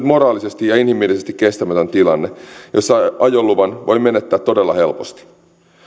moraalisesti ja inhimillisesti kestämätön tilanne jossa ajoluvan voi menettää todella helposti